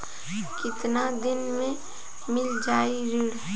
कितना दिन में मील जाई ऋण?